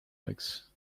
legs